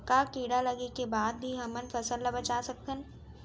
का कीड़ा लगे के बाद भी हमन फसल ल बचा सकथन?